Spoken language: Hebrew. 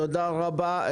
תודה רבה.